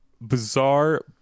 bizarre